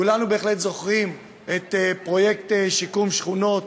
כולנו בהחלט זוכרים את פרויקט שיקום שכונות